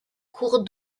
cours